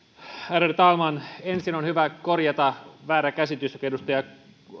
ärade talman ensin on hyvä korjata väärä käsitys joka edustaja